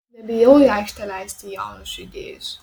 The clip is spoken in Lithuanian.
nebijau į aikštę leisti jaunus žaidėjus